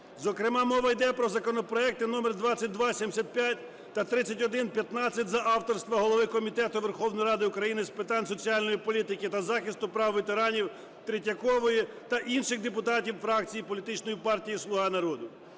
Зокрема, мова йде про законопроекти номер 2275 та 3115 за авторства голови Комітету Верховної Ради України з питань соціальної політики та захисту прав ветеранів Третьякової та інших депутатів фракції політичної партії "Слуга народу".